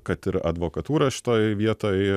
kad ir advokatūra šitoj vietoj